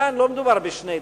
כאן לא מדובר בשני צדדים,